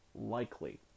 likely